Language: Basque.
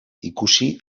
ikusi